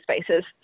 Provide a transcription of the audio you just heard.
spaces